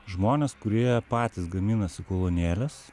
žmones kurie patys gaminasi kolonėles